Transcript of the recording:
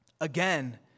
Again